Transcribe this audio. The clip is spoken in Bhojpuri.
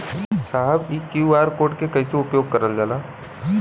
साहब इ क्यू.आर कोड के कइसे उपयोग करल जाला?